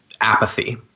apathy